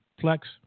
flex